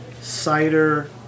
cider